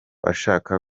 ashaka